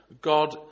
God